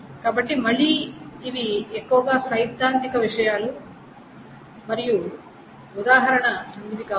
కాబట్టి మళ్ళీ ఇవి ఎక్కువగా సైద్ధాంతిక విషయాలు మరియు ఉదాహరణ క్రిందివి కావచ్చు